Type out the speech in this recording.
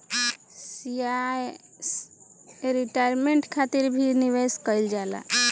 retirement खातिर भी निवेश कईल जाला